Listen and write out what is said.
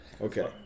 Okay